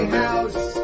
house